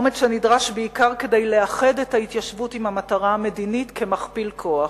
אומץ שנדרש בעיקר כדי לאחד את ההתיישבות עם המטרה המדינית כמכפיל כוח.